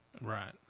Right